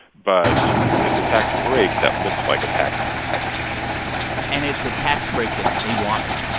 but it's a tax break that looks like a tax hike and it's a tax break that they wanted.